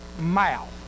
mouth